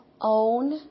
own